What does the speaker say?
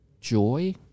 joy